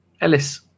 Ellis